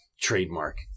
trademark